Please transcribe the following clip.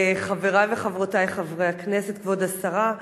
חברי וחברותי חברי הכנסת, כבוד השרה,